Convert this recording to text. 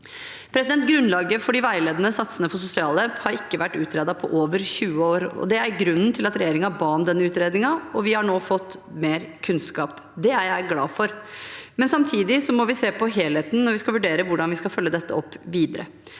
Grunnlaget for de veiledende satsene for sosialhjelp har ikke vært utredet på over 20 år. Det er grunnen til at regjeringen ba om denne utredningen, og vi har nå fått mer kunnskap. Det er jeg glad for. Samtidig må vi se på helheten når vi skal vurdere hvordan vi skal følge opp dette videre.